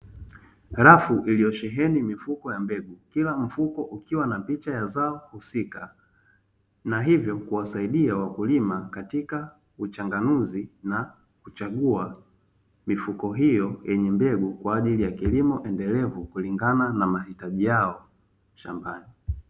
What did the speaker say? Rafu iliyosheheni mifuko ya mbegu, kila mfuko ukiwa na picha ya zao husika na hivyo kuwasaidia wakulima katika uchanganuzi na kuchagua mifuko hiyo yenye mbegu, kwaajili ya kilimo endelevu kulingana na mahitaji yao shambani.